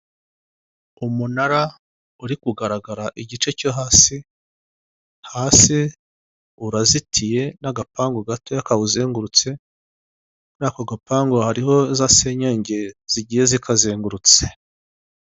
Umunara uri kugaragara igice cyo hasi, hasi urazitiye n'agapangu gatoya kawuzengurutse, muri ako gapangu hariho zasenyenge zigiye zikazengurutse.